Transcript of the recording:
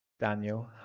Daniel